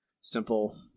simple